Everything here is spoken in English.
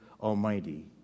Almighty